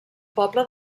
poble